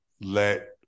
let